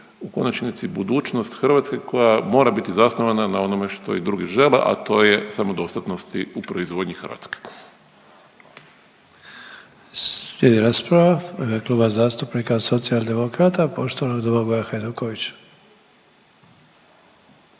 u konačnici budućnost Hrvatske koja mora biti zasnovana na onome što i drugi žele, a to je samodostatnosti u proizvodnji Hrvatske. **Sanader, Ante (HDZ)** Slijedi rasprava u ime Kluba zastupnika Socijaldemokrata poštovanog Domagoja Hajduković.